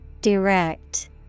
Direct